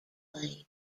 laid